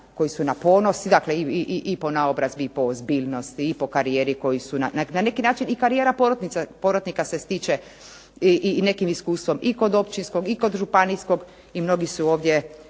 koji su na ponos i dakle i po naobrazbi i po ozbiljnosti, i po karijeri koji su, na neki način i karijera porotnika se stiče i nekim iskustvom i kod općinskog, i kod županijskog, i mnogi su ovdje